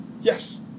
Yes